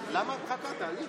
היחיד.